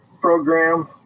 program